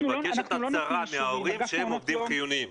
מבקשת הצהרה מההורים שהם עובדים חיוניים.